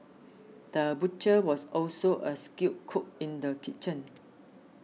the butcher was also a skilled cook in the kitchen